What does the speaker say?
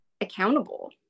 accountable